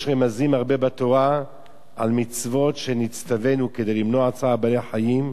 יש רמזים הרבה בתורה על מצוות שנצטווינו כדי למנוע צער בעלי-חיים,